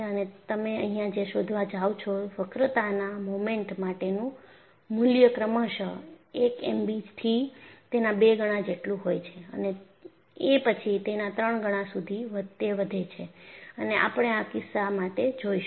અને તમે અહીંયા જે શોધવા જાવ છો વક્રતાના મોમેન્ટ માટેનું મૂલ્ય ક્રમશઃ 1Mb થી તેના બે ગણા જેટલું હોય છે અને એ પછી તેના ત્રણ ગણા સુધી તે વધે છે અને આપણે આ કિસ્સા માટે જોઈશું